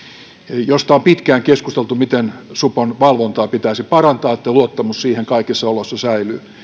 josta on pitkään keskusteltu miten supon valvontaa pitäisi parantaa että luottamus siihen kaikissa oloissa säilyy